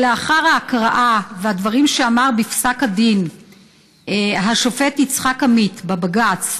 לאחר ההקראה והדברים שאמר בפסק הדין השופט יצחק עמית בבג"ץ,